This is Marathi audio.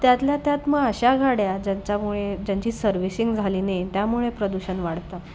त्यातल्या त्यात मग अशा गाड्या ज्यांच्यामुळे ज्यांची सर्वविसिंग झाली नाही त्यामुळे प्रदूषण वाढतं